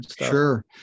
sure